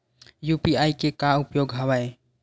UPI के का उपयोग हवय?